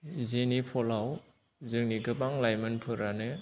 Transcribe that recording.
जेनि फलाव जोंनि गोबां लाइमोन फोरानो